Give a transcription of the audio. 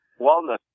wellness